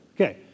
Okay